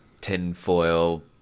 tinfoil